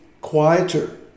quieter